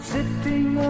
Sitting